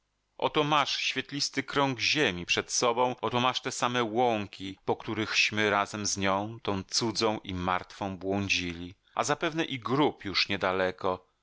oto masz świetlisty krąg ziemi przed sobą oto masz te same łąki po którychśmy razem z nią tą cudzą i martwą błądzili a zapewne i grób już niedaleko